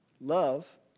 Love